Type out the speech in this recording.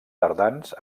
tardans